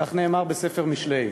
כך נאמר בספר משלי.